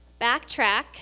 backtrack